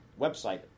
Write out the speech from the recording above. website